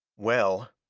well,